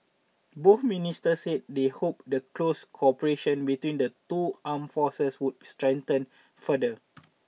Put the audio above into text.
both ministers said they hoped the close cooperation between the two armed forces would strengthen further